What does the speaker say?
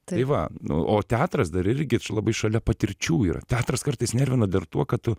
tai va nu o teatras dar irgi labai šalia patirčių yra teatras kartais nervina dar tuo kad tu